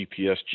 GPS